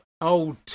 old